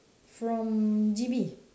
from G_B